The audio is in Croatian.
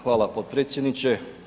Hvala potpredsjedniče.